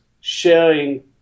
sharing